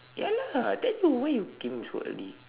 ya lah then why you came so early